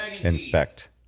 inspect